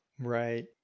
Right